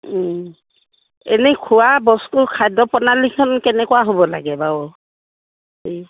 এনেই খোৱা বস্তু খাদ্য প্ৰণালীখন কেনেকুৱা হ'ব লাগে বাৰু এই